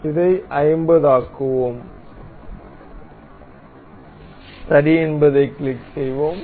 இதை 50 ஆக்குவோம் சரி என்பதைக் கிளிக் செய்வோம்